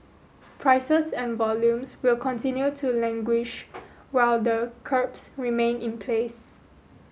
prices and volumes will continue to languish while the curbs remain in place